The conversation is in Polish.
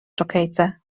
dżokejce